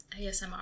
ASMR